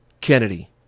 Kennedy